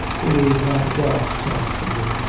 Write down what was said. there is not a dog's chance for you.